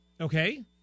Okay